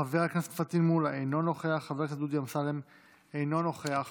חבר הכנסת פטין מולא, אינו נוכח,